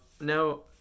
Now